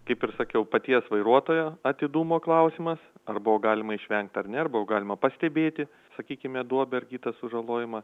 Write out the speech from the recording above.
kaip ir sakiau paties vairuotojo atidumo klausimas ar buvo galima išvengti ar ne arba buvo galima pastebėti sakykime duobę ar kitą sužalojimą